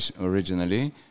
originally